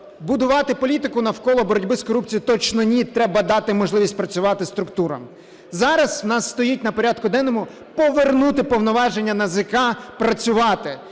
будувати політику навколо боротьби з корупцією? Точно, ні. Треба дати можливість працювати структурам. Зараз у нас стоїть на порядку денному повернути повноваження НАЗК працювати.